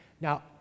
Now